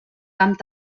camp